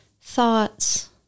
thoughts